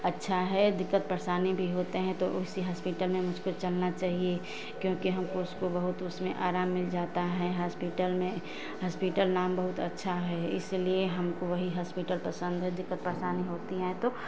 अच्छा है दिक्कत परेशानी भी होते हैं तो इसी हॉस्पिटल में मुझको चलना चाहिए क्योंकि हमको उसको बहुत उसमे आराम मिल जाता है हॉस्पिटल में हॉस्पिटल न बहुत अच्छा है इसलिए हमको वही हॉस्पिटल पसंद है दिक्कत परेशानी होती है तो